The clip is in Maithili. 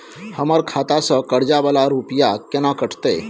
हमर खाता से कर्जा वाला रुपिया केना कटते?